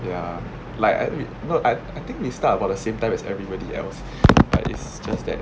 ya like I it no I I think we start about the same time as everybody else but it's just that